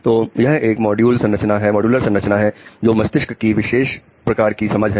तो यह एक मॉड्यूलर संरचना है जो कि मस्तिष्क की विशेष प्रकार की समझ है